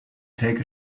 take